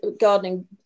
gardening